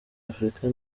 africa